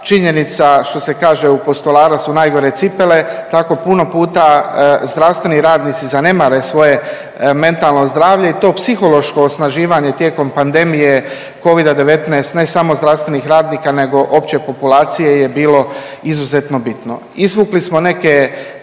činjenica, što se kaže, u postolara su najgore cipele, tako puno puta zdravstveni radnici zanemare svoje mentalno zdravlje i to psihološko osnaživanje tijekom pandemije covida-19, ne samo zdravstvenih radnika nego opće populacije je bilo izuzetno bitno. Izvukli smo neke